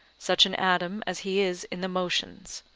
such an adam as he is in the motions.